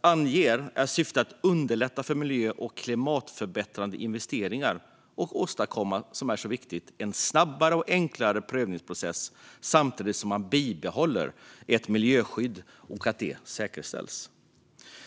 anges att syftet är att underlätta för miljö och klimatförbättrande investeringar och åstadkomma, vilket är viktigt, en snabbare och enklare prövningsprocess samtidigt som ett bibehållet miljöskydd säkerställs.